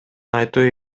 айтуу